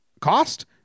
cost